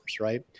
right